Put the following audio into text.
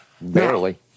barely